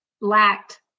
lacked